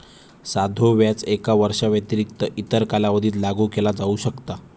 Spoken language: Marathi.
साधो व्याज एका वर्षाव्यतिरिक्त इतर कालावधीत लागू केला जाऊ शकता